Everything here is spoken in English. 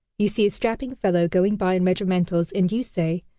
you see a strapping fellow going by in regimentals, and you say,